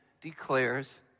declares